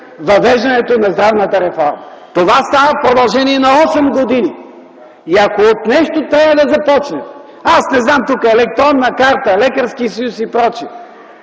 въвеждането на здравната реформа. Това става в продължение на осем години. Ако от нещо трябва да започнете, от електронна карта, Лекарски съюз и прочее,